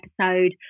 episode